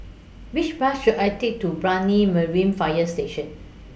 Which Bus should I Take to Brani Marine Fire Station